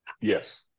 yes